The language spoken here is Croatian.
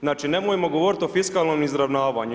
Znači nemojmo govoriti o fiskalnom izravnavanju.